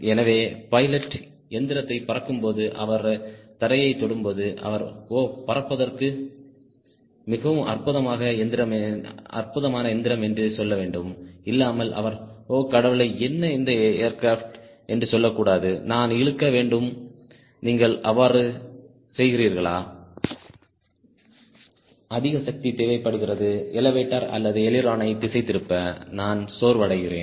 எனவே பைலட் எந்திரத்தை பறக்கும்போது அவர் தரையை தொடும்போது அவர் ஓ பறப்பதற்கு மிகவும் அற்புதமான எந்திரம் என்று சொல்லவேண்டும் இல்லாமல் அவர் ஓ கடவுளே என்ன இந்த ஏர்கிராப்ட் என்று சொல்லக்கூடாது நான் இழுக்க வேண்டும் நீங்கள் அவ்வாறு செய்கிறீர்களா அதிக சக்தி தேவைப்படுகிறது எலெவடோர் அல்லது அய்லிரோனை திசை திருப்ப நான் சோர்வடைகிறேன்